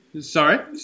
Sorry